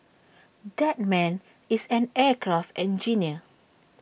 that man is an aircraft engineer